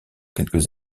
quelques